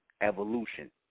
evolution